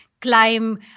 climb